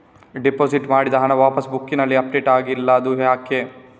Deposit ಮಾಡಿದ ಹಣ ಪಾಸ್ ಬುಕ್ನಲ್ಲಿ ಅಪ್ಡೇಟ್ ಆಗಿಲ್ಲ ಅದು ಯಾಕೆ?